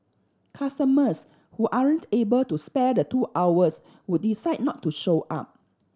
customers who able to spare the two hours would decide not to show up